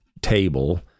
table